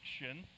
action